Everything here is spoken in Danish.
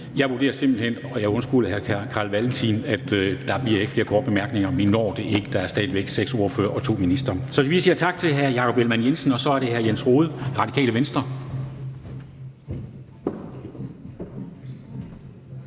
Jeg vurderer simpelt hen, og jeg undskylder til hr. Carl Valentin, at der ikke bliver flere korte bemærkninger. Vi når det ikke. Der er stadig væk seks ordførere og to ministre tilbage. Så vi siger tak til hr. Jakob Ellemann-Jensen, og så er det hr. Jens Rohde, Radikale Venstre.